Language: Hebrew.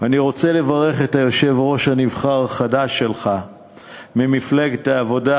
אני רוצה לברך את היושב-ראש הנבחר החדש שלך במפלגת העבודה,